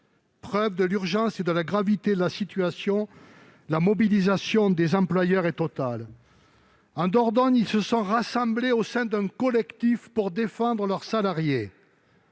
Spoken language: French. Preuve de l'urgence et de la gravité de la situation, la mobilisation des employeurs est totale. En Dordogne, ils se sont rassemblés au sein d'un collectif pour défendre leurs salariés.